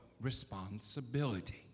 responsibility